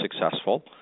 successful